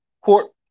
Court